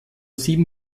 sieben